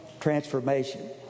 Transformation